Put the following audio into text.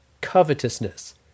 covetousness